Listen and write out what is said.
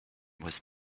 was